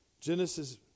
Genesis